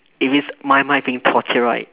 if it's my mind being torture right